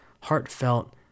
heartfelt